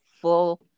full